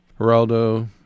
Geraldo